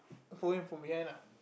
follow him from behind